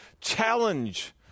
challenge